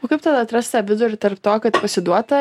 o kaip tada atrast tą vidurį tarp to kad pasiduota